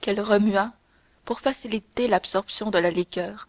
qu'elle remua pour faciliter l'absorption de la liqueur